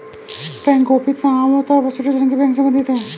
bank गोपनीयता आम तौर पर स्विटज़रलैंड के बैंक से सम्बंधित है